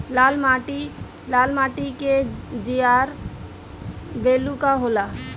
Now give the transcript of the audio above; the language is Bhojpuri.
लाल माटी के जीआर बैलू का होला?